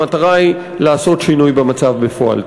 המטרה היא לעשות שינוי במצב בפועל.